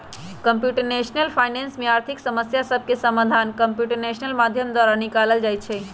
computational finance में आर्थिक समस्या सभके समाधान कंप्यूटेशनल माध्यम द्वारा निकालल जाइ छइ